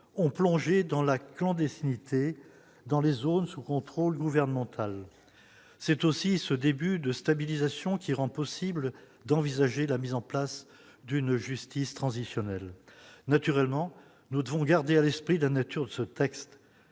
ont plongé dans la clandestinité dans les zones sous contrôle gouvernemental, c'est aussi ce début de stabilisation qui rend possible d'envisager la mise en place d'une justice transitionnelle, naturellement, nous devons garder à l'esprit de la nature de ce texte,